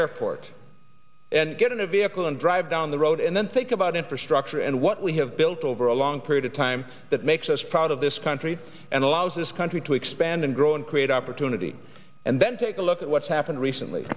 airport and get in a vehicle and drive down the road and then think about infrastructure and what we have built over a long period of time that makes us proud of this country and allows this country to expand and grow and create opportunity and then take a look at what's happened recently